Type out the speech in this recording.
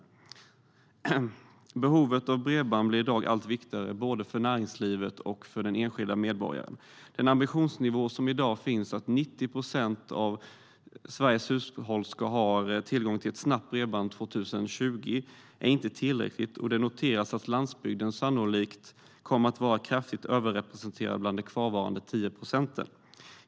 Behovet av bredband blir i dag allt viktigare, både för näringslivet och för den enskilde medborgaren. Den ambitionsnivå som finns i dag om att 90 procent av Sveriges hushåll ska ha tillgång till snabbt bredband 2020 är inte tillräcklig. Det noteras att landsbygden sannolikt kommer att vara kraftigt överrepresenterad bland de kvarvarande 10 procenten.